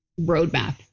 roadmap